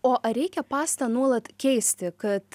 o ar reikia pastą nuolat keisti kad